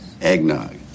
eggnog